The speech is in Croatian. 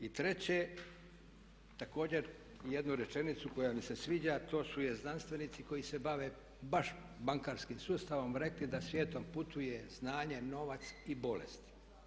I treće također jednu rečenicu koja mi se sviđa a to su znanstvenici koji se bave baš bankarskim sustavom rekli da svijetom putuje znanje, novac i bolest.